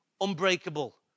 unbreakable